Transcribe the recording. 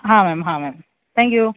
हां मॅम हां ma'am thank you